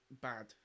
bad